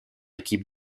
équipe